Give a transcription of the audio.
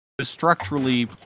structurally